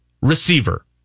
receiver